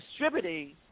distributing